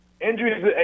Injuries